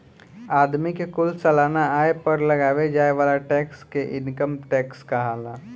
आदमी के कुल सालाना आय पर लगावे जाए वाला टैक्स के इनकम टैक्स कहाला